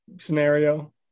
scenario